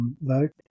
vote